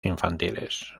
infantiles